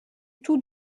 tout